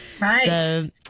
Right